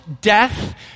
death